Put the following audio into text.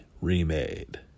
remade